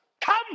come